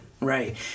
right